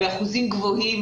באחוזים גבוהים,